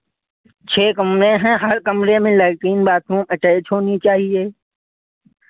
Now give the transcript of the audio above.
छह कमरे हैं हर कमरे में लैट्रिन बाथरूम अटैच होनी चाहिए